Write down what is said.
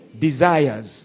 desires